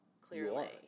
clearly